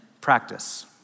practice